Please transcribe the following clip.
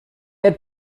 had